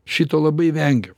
šito labai vengiu